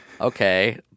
Okay